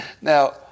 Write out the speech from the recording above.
Now